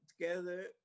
together